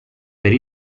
per